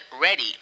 ready